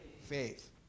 faith